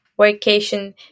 vacation